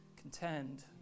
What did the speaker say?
contend